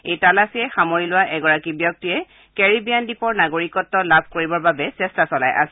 এই তালাচীয়ে সামৰি লোৱা এগৰাকী ব্যক্তিয়ে কেৰিবিয়ান দ্বীপৰ নাগৰিকত্ব লাভ কৰিবৰ বাবে চেষ্টা চলাই আছিল